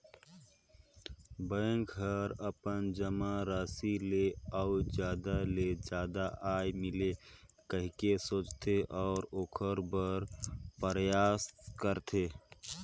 bank हर अपन जमा राशि ले अउ जादा ले जादा आय मिले कहिके सोचथे, अऊ ओखर बर परयास करथे